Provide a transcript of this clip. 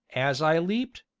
as i leaped,